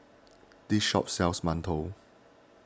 this shop sells Mantou